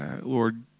Lord